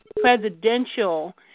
presidential